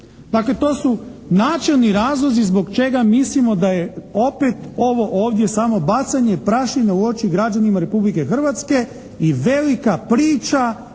Dakle, to su načelni razlozi zbog čega mislimo da je opet ovo ovdje samo bacanje prašine u oči građanima Republike Hrvatske i velika priča